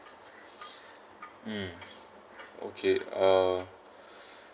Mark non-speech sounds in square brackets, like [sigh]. mm okay uh [breath]